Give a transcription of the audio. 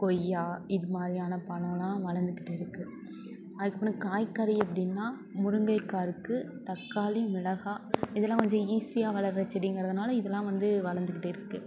கொய்யா இது மாதிரியான பழோலாம் வளர்ந்துக்கிட்டு இருக்கு அதுக்கப்புறம் காய்கறி அப்படின்னா முருங்கைக்காய் இருக்கு தக்காளி மிளகாய் இதெல்லாம் கொஞ்சம் ஈஸியாக வளர்கிற செடிங்கிறதுனால இதெல்லாம் வந்து வளர்ந்துக்கிட்டு இருக்கு